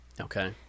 Okay